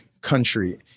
country